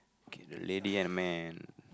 okay the lady and the man